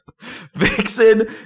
Vixen